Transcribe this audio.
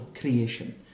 creation